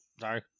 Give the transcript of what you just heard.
sorry